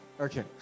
Okay